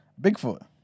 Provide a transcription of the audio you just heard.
Bigfoot